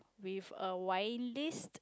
with a wine list